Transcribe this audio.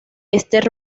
ester